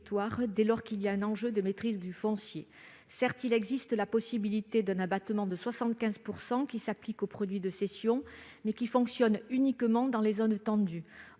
dès lors qu'il y a un enjeu de maîtrise du foncier. Certes, il existe la possibilité d'un abattement de 75 % s'appliquant aux produits de cession, mais il fonctionne uniquement dans les zones tendues.